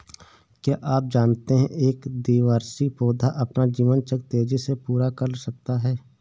क्या आप जानते है एक द्विवार्षिक पौधा अपना जीवन चक्र तेजी से पूरा कर सकता है?